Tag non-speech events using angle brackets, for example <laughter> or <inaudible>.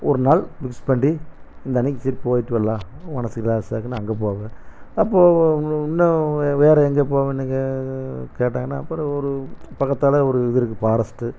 ஒரு நாள் பிக்ஸ் பண்ணி இந்த அன்னிக்கு சரி போயிட்டு வரலாம் மனதுக்கு இதாக <unintelligible> அங்கே போவேன் அப்போது இன்னும் வே வேறே எங்கே போவேன்னு கே கேட்டாங்கன்னால் அப்புறம் ஒரு பக்கத்தில் ஒரு இது இருக்குது பாரஸ்ட்டு